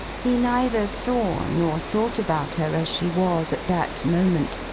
he neither saw nor thought about her as she was at that moment,